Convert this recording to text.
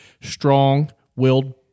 strong-willed